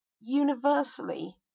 Universally